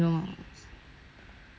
no I haven't but